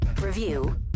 review